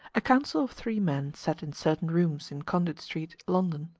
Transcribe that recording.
a council of three men sat in certain rooms, in conduit street, london.